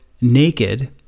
naked